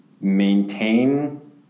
maintain